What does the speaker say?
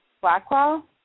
Blackwell